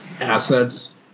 assets